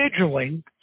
scheduling